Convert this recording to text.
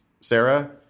Sarah